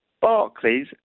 Barclays